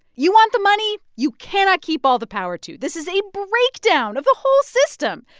you want the money? you cannot keep all the power, too. this is a breakdown of the whole system.